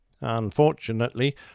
Unfortunately